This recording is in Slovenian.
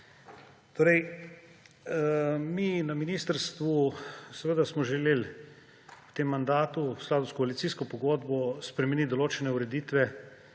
naprej. Mi na ministrstvu smo želeli v tem mandatu, v skladu s koalicijsko pogodbo, spremeniti določene ureditve,